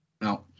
No